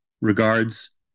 Regards